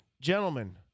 Gentlemen